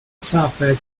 supper